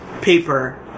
paper